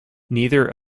neither